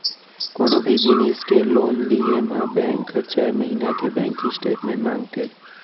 कोनों भी जिनिस के लोन लिये म बेंक हर छै महिना के बेंक स्टेटमेंट मांगथे